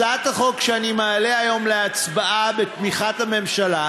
הצעת החוק שאני מעלה היום להצבעה, בתמיכת הממשלה,